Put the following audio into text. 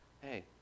hey